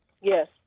Yes